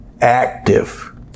active